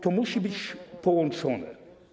To musi być połączone.